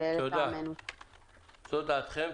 זו דעתכם.